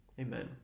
Amen